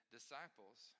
disciples